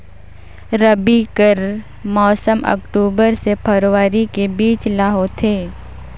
रबी कर मौसम अक्टूबर से फरवरी के बीच ल होथे